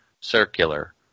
circular